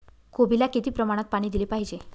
कोबीला किती प्रमाणात पाणी दिले पाहिजे?